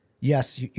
yes